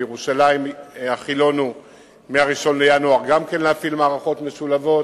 בירושלים החילונו מ-1 בינואר גם כן להפעיל מערכות משולבות,